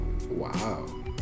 Wow